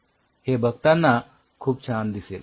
हे बघतांना खूप छान दिसेल